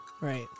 Right